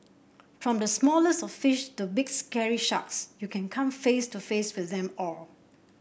from the smallest of fish to big scary sharks you can come face to face with them all